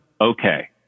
Okay